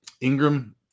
Ingram